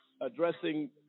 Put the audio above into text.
addressing